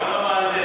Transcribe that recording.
גם המהנדס,